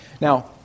Now